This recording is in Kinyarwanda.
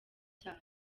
byabo